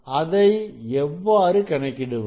அதை எவ்வாறு கணக்கிடுவது